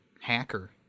hacker